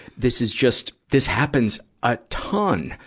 this is just, this happens a ton.